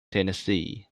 tennessee